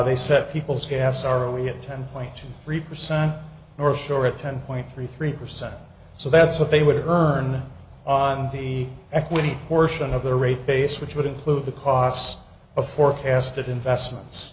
they set people's gas are we at ten point three percent or sure at ten point three three percent so that's what they would earn on the equity portion of the rate base which would include the cost of forecasted investments